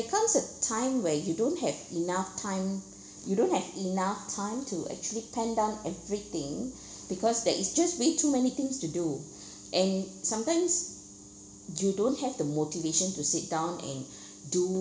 comes a time where you don't have enough time you don't have enough time to actually pen down everything because there is just way too many things to do and sometimes you don't have the motivation to sit down and do